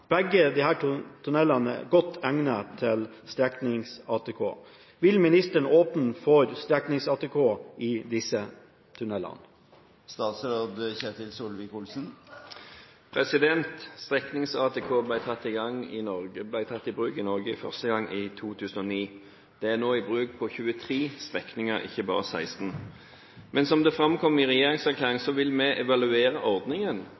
Begge egner seg godt til ATK. Vil statsråden åpne for streknings-ATK i disse?» Streknings-ATK ble tatt i bruk i Norge første gang i 2009. Det er nå i bruk på 23 strekninger, ikke bare 16. Men som det framkom i regjeringserklæringen, vil vi evaluere ordningen